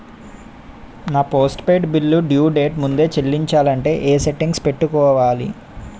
నా postpaid bill due date ముందే చెల్లించాలంటే ఎ సెట్టింగ్స్ పెట్టుకోవాలి?